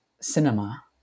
cinema